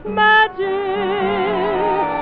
magic